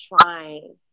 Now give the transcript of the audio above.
trying